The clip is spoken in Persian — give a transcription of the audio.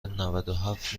نودوهفت